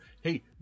hey